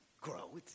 grow